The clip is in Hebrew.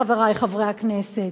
חברי חברי הכנסת,